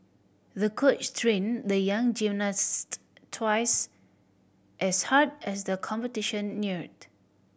the coach trained the young gymnast twice as hard as the competition neared